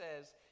says